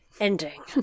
ending